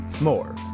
more